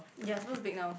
you're supposed to pick now